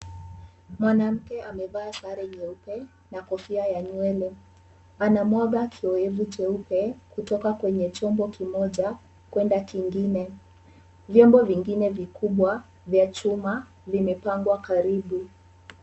Mwanamke amevaa sare nyeupe na kofia ya nywele. Ana mwaga kioevu cheupe kutoka kwenye chombo kimoja kwenda kingine. Vyombo vingine vikubwa vya chuma vimepangwa karibu.